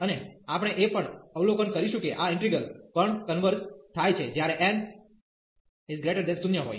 અને આપણે એ પણ અવલોકન કરીશું કે આ ઈન્ટિગ્રલ પણ કન્વર્ઝ થાય છે જ્યારે n 0 હોઈ